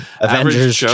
Avengers